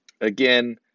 again